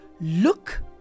look